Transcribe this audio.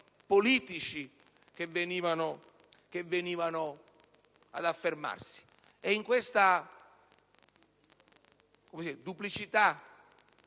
politici che venivano ad affermarsi; in questa duplicità